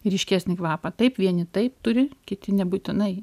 ryškesnį kvapą taip vieni tai turi kiti nebūtinai